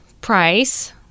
price